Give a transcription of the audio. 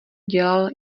dělal